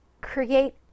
create